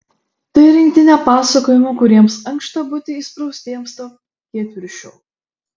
tai rinktinė pasakojimų kuriems ankšta būti įspraustiems tarp kietviršių